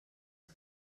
que